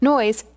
Noise